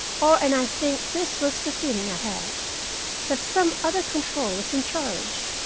or and i think this was the feeling i had that some other control was in charge.